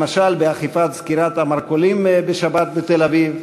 למשל באכיפת סגירת המרכולים בשבת בתל-אביב,